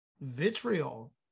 vitriol